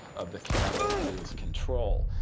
of the cattle under his control.